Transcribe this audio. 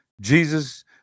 Jesus